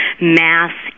mass